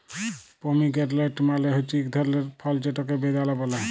pomegranate মালে হছে ইক ধরলের ফল যেটকে বেদালা ব্যলে